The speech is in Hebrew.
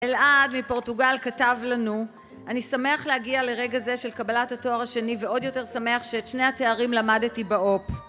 אלעד מפורטוגל כתב לנו: אני שמח להגיע לרגע זה של קבלת התואר השני ועוד יותר שמח שאת שני התארים למדתי באו"פ